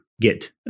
get